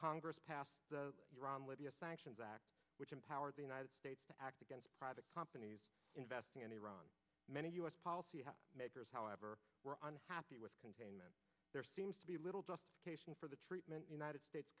congress passed the iran libya sanctions act which empowered the united states to act against private companies investing in iran many u s policy makers however were unhappy with containment there seems to be little just cation for the treatment united states